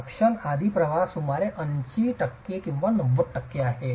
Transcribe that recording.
suction आधी प्रवाह सुमारे 80 टक्के किंवा 90 टक्के आहे